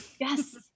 Yes